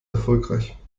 erfolgreich